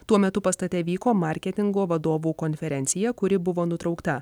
tuo metu pastate vyko marketingo vadovų konferencija kuri buvo nutraukta